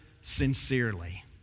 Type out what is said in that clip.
sincerely